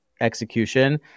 execution